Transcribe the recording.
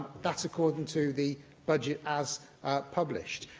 that's according to the budget as published.